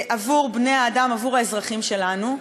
עבור בני-האדם, עבור האזרחים שלנו,